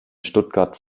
stuttgart